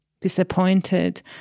disappointed